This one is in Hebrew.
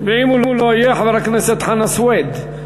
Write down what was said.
ואם הוא לא יהיה, חבר הכנסת חנא סוייד.